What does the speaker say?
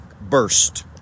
Burst